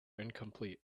incomplete